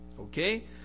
okay